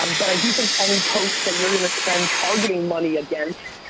um but i do think any post that you're going to spend targeting money against,